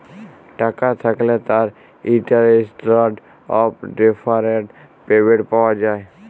টাকা থ্যাকলে তার ইসট্যানডারড অফ ডেফারড পেমেন্ট পাওয়া যায়